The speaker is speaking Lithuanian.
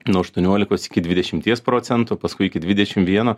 nuo nuo aštuoniolikos iki dvidešimties procentų paskui iki dvidešim vieno